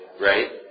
right